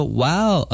wow